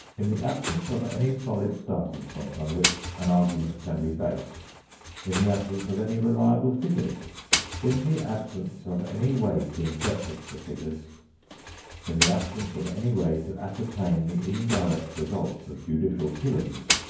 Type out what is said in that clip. in the absence of any solid starting point on which an argument can be based in the absence of any reliable figures in the absence of any way to interpret the figures in the absence of any way to ascertain the indirect results of judicial killings,